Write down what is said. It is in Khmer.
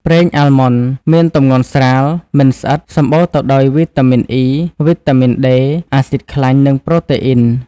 ប្រេងអាល់ម៉ុន មានទម្ងន់ស្រាល មិនស្អិត សម្បូរទៅដោយវីតាមីន អុី (E) វីតាមីន ដេ (D) អាស៊ីដខ្លាញ់ និងប្រូតេអ៊ីន។